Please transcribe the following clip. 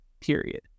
period